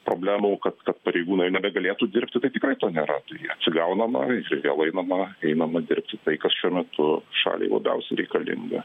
problemų kad kad pareigūnai nebegalėtų dirbti tai tikrai to nėra tai atsigaunama ir vėl einama einama dirbti tai kas šiuo metu šaliai labiausiai reikalinga